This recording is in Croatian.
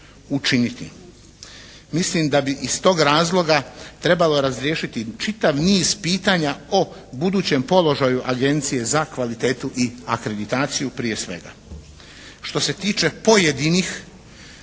učiniti. Mislim da bi iz tog razloga trebalo razriješiti čitav niz pitanja o budućem položaju agencije za kvalitetu i akreditaciju prije svega. Što se tiče pojedinih